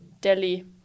Delhi